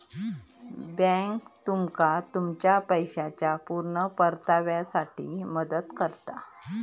bank तुमका तुमच्या पैशाच्या पुर्ण परताव्यासाठी मदत करता